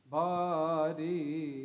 body